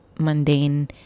mundane